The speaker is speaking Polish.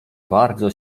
bardzo